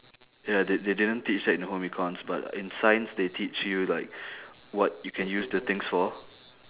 ya they they didn't teach that in home econs but in science they teach you like what you can use the things for